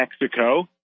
Mexico